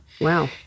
Wow